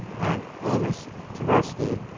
and amos tversky,